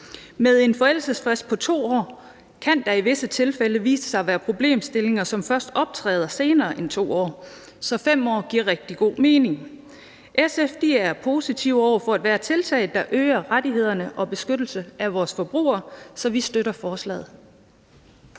Med en forældelsesfrist på 2 år kan der i visse tilfælde vise sig at være problemstillinger, som først optræder senere end efter 2 år, så 5 år giver rigtig god mening. SF er positive over for ethvert tiltag, der øger rettighederne for og beskyttelsen af vores forbrugere, så vi støtter forslaget.